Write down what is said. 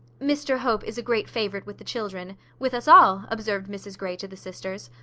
mr hope is a great favourite with the children with us all, observed mrs grey to the sisters.